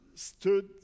Stood